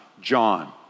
John